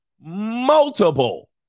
multiple